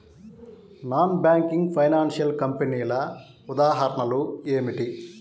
Non banking financial కంపెనీల ఉదాహరణలు ఏమిటి?